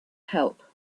help